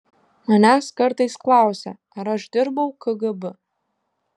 manęs kartais klausia ar aš dirbau kgb